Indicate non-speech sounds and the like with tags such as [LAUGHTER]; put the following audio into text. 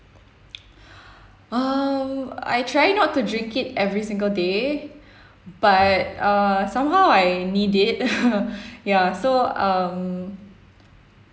um I try not to drink it every single day but uh somehow I need it [LAUGHS] ya so um